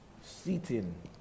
Seating